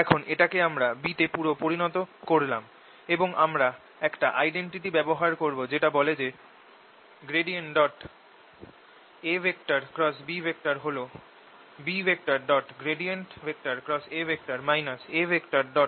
এখন এটাকে আবার B তে পুরো পরিনত করলাম এবং আমরা একটা আইডেন্টিটি ব্যবহার করব যেটা বলে যে হল B A A